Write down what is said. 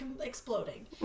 exploding